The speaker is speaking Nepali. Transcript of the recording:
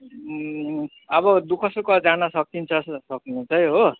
अब दु ख सुख जान सकिन्छ सक्नु चाहिँ हो